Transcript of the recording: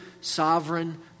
sovereign